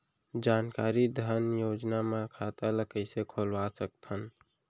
जानकारी धन योजना म खाता ल कइसे खोलवा सकथन?